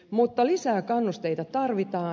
mutta lisää kannusteita tarvitaan